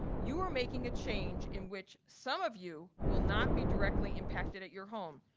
you are making a change in which some of you will not be directly impacted at your home.